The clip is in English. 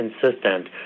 consistent